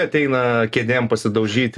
ateina kėdėm pasidaužyti